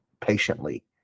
patiently